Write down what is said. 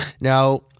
Now